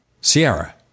Sierra